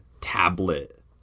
tablet